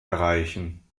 erreichen